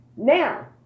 Now